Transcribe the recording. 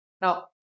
Now